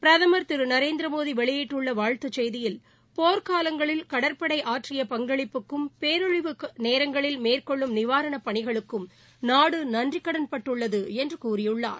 பிரதமர் திரு நரேந்திரமோடி வெளியிட்டள்ள வாழ்த்துச் செய்தியில் போக்காலங்களில் கடற்படை ஆற்றிய பங்களிப்புக்கும் பேரழிவு பேரங்களில் மேற்கொள்ளும் நிவாரணப் பணிகளுக்கும் நாடு நன்றிக்கடன் பட்டுள்ளது என்று கூறியுள்ளார்